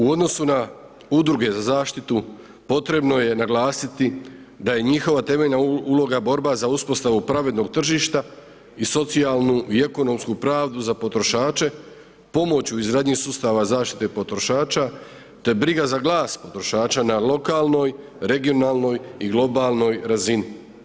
U odnosu na udruge za zaštitu potrebno je naglasiti, da je njihova temeljna uloga borba za uspostavu pravednog tržišta i socijalnu i ekonomsku pravdu za potrošače, pomoć u izgradnji sustava zaštite potrošača, te briga za glas potrošača, na lokalnoj, regionalnoj i globalnoj razini.